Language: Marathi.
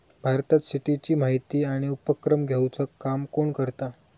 भारतात शेतीची माहिती आणि उपक्रम घेवचा काम कोण करता?